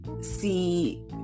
see